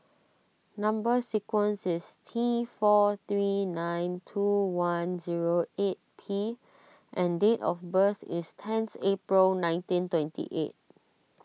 Number Sequence is T four three nine two one zero eight P and date of birth is tenth April nineteen twenty eight